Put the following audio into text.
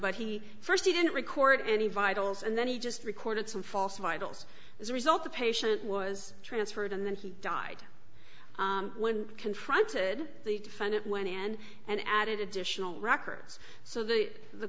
but he st he didn't record any vitals and then he just recorded some false vitals as a result the patient was transferred and then he died when confronted the defendant went in and added additional records so that the